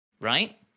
right